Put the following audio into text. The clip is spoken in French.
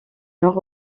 nord